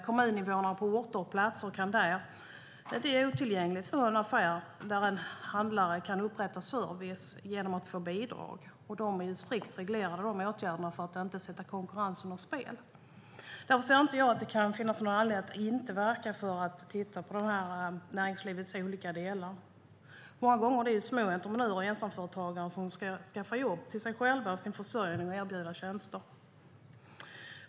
Kommuninvånare på orter och platser kan där det är otillgängligt få en affär där handlaren kan upprätta service genom att få bidrag. Sådana åtgärder är strikt reglerade för att inte sätta konkurrensen ur spel. Därför ser jag inte någon anledning till att inte verka för att titta på näringslivets olika delar. Det är många gånger små entreprenörer och ensamföretagare som ska skaffa jobb till sig själva och sin försörjning och erbjuda tjänster.